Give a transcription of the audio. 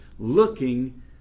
looking